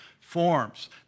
forms